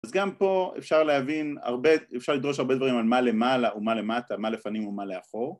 אז גם פה אפשר להבין הרבה, אפשר לדרוש הרבה דברים על מה למעלה ומה למטה, מה לפנים ומה לאחור